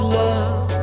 love